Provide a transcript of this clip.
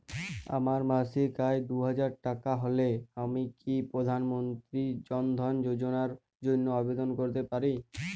আমার মাসিক আয় দুহাজার টাকা হলে আমি কি প্রধান মন্ত্রী জন ধন যোজনার জন্য আবেদন করতে পারি?